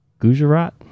Gujarat